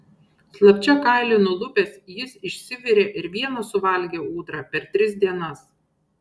slapčia kailį nulupęs jis išsivirė ir vienas suvalgė ūdrą per tris dienas